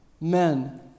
Men